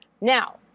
Now